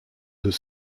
deux